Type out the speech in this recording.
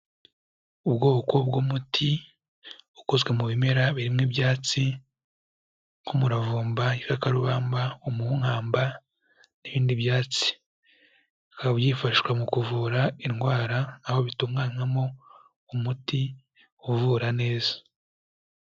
Ubwoko bw'umuti, ukozwe mu bimera birimo ibyatsi, nk'umuravumba, igikakarubamba, umunkamba, n'ibindi byatsi. Bikaba byifashwa mu kuvura indwara, aho bitunganywamo umuti, uvura neza.